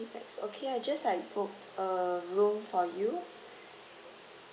if that's okay I'll just like book a room for you